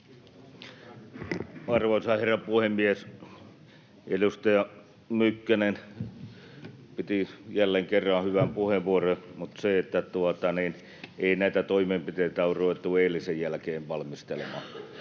Arvoisa herra puhemies! Edustaja Mykkänen piti jälleen kerran hyvän puheenvuoron, mutta ei näitä toimenpiteitä ole ruvettu eilisen jälkeen valmistelemaan.